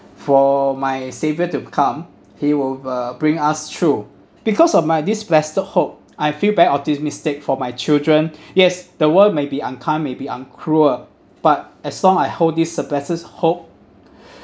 for my saviour to come he will uh bring us through because of my this blessed hope I feel very optimistic for my children yes the world may be unkind may be uncruel but as long I hold this blessed hope